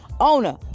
owner